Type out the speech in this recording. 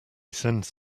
sends